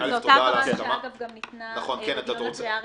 זו אותה הבהרה שניתנה בקריאה ראשונה.